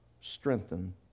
strengthen